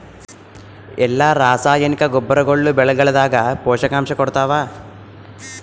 ಎಲ್ಲಾ ರಾಸಾಯನಿಕ ಗೊಬ್ಬರಗೊಳ್ಳು ಬೆಳೆಗಳದಾಗ ಪೋಷಕಾಂಶ ಕೊಡತಾವ?